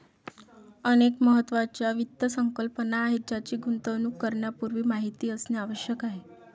अनेक महत्त्वाच्या वित्त संकल्पना आहेत ज्यांची गुंतवणूक करण्यापूर्वी माहिती असणे आवश्यक आहे